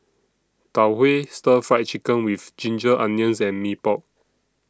Tau Huay Stir Fry Chicken with Ginger Onions and Mee Pok